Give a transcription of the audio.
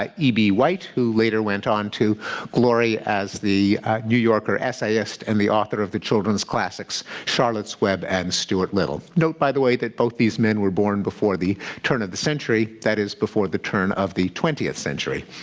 ah eb white, who later went on to glory as the new yorker essayist and the author of the children's classics, charlotte's web and stuart little. note, by the way, that both these men were born before the turn of the century. that is, before the turn of the twentieth century.